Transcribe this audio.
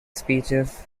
speeches